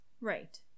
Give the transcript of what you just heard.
Right